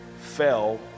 fell